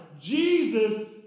Jesus